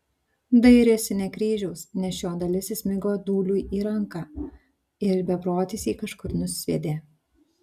dairėsi ne kryžiaus nes šio dalis įsmigo dūliui į ranką ir beprotis jį kažkur nusviedė